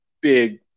big